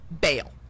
bail